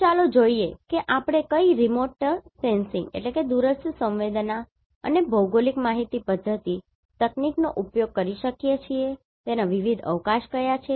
તો ચાલો જોઈએ કે આપણે કઈ Remote sensing દૂરસ્થ સંવેદના અને GIS ભૌગોલિક માહિતી પધ્ધતિ તકનીકનો ઉપયોગ કરી શકીએ છીએ તેના વિવિધ અવકાશ કયા છે